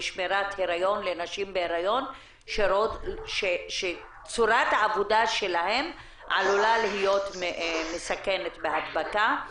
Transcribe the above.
שמירת היריון לנשים בהיריון שצורת העבודה שלהן עלולה לסכן אותן בהדבקה.